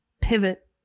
pivot